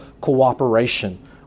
cooperation